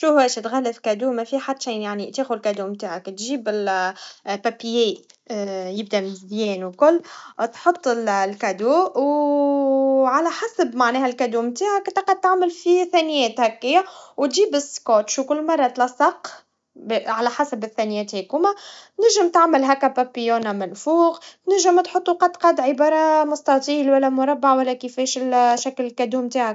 شو باش تغلف هديا, ما فيها حد شين, يعني, تاخخد الهديا متاعم, وتجيب ال- بابيي, يبدا مزيان والكل, وتحط الهدية, و على حسب معناها الهدية متاعك, تقعد تعمل فيه ثاانيات هكيا, وتجيب السكوتش, وكل مرا تلصق, ب- على حسب الثنيات يكوما, تنجم تعمل هكا بابيونا من فوق, تنجم تحط قد قد عبارا عن مستطيل ولا مربع ولا كيفاش ال شكل كادو متاعك.